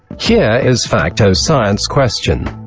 here is fact o science question.